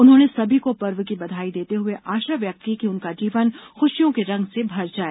उन्होंने सभी को पर्व की बधाई देते हुए आशा व्यक्त की कि उनका जीवन खुशियों के रंग से भर जाए